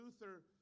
Luther